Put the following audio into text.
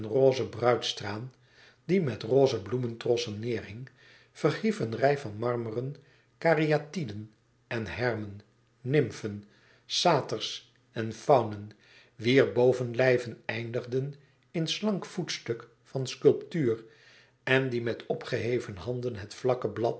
roze bruidstraan die met roze bloementrossen neêrhing verhief een rij van marmeren karyatiden en hermen nimfen saters en faunen wier bovenlijven eindigden in slank voetstuk van sculptuur en die het vlakke